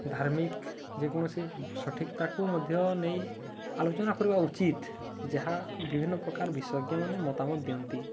ଧାର୍ମିକ ଯେକୌଣସି ସଠିକ୍ ତାକୁ ମଧ୍ୟ ନେଇ ଆଲୋଚନା କରିବା ଉଚିତ ଯାହା ବିଭିନ୍ନ ପ୍ରକାର ବିଶେଷଜ୍ଞମାନେ ମତାମତ ଦିଅନ୍ତି